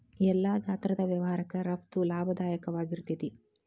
ಎಲ್ಲಾ ಗಾತ್ರದ್ ವ್ಯವಹಾರಕ್ಕ ರಫ್ತು ಲಾಭದಾಯಕವಾಗಿರ್ತೇತಿ